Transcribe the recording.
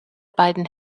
beiden